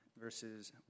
verses